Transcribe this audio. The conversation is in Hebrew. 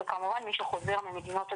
וכמובן מי שחוזר ממדינות אדומות,